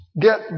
get